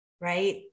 right